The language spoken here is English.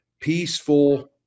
peaceful